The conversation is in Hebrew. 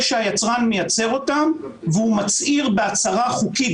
שהיצרן מייצר אותם והוא מצהיר בהצהרה חוקית,